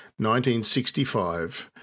1965